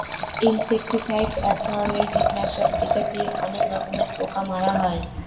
insecticide এক ধরনের কীটনাশক যেটা দিয়ে অনেক রকমের পোকা মারা হয়